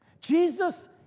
Jesus